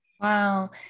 Wow